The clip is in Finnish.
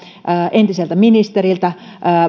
entiseltä ministeriltä